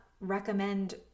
recommend